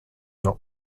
not